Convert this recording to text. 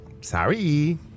sorry